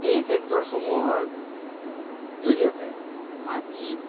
এই ট্ৰেক্টৰসমূহৰ জৰিয়তে মাটি